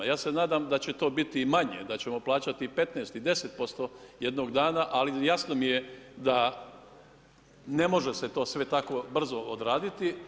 Ja se nadam da će to biti i manje, da ćemo plaćati 15 i 10% jednog dana, ali jasno mi je da ne može se to sve tako brzo odraditi.